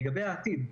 לגבי העתיד,